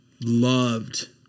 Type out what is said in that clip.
loved